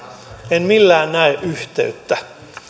en millään näe yhteyttä